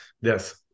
yes